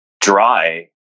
dry